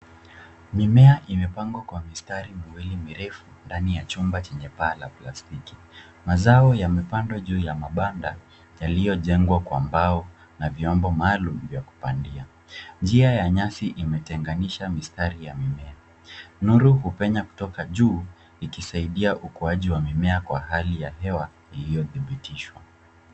Mimea imepangwa kwa mistari miwili mirefu ndani ya chumba chenye paa la plastiki. Mazao yamepandwa juu ya mabanda yaliyojengwa kwa mbao na vyombo maalum vya kupandia. Njia ya nyasi imetenganisha mistari ya mimea. Nuru hupenya kutoka juu, ikisaidia ukuaji wa mimea kwa hali ya hewa iliyodhibitishwa.